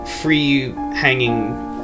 free-hanging